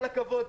כל הכבוד,